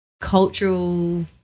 cultural